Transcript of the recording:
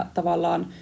tavallaan